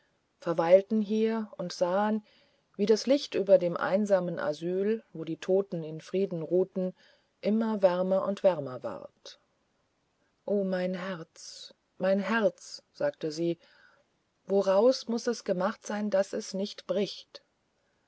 verweilten hier und sahen wie das licht über dem einsamenasyl wodietoteninfriedenruhten immerwärmerundwärmerward o mein herz mein herz sagte sie woraus muß es gemacht sein daß es nicht bricht